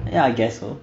ya I guess so